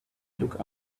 look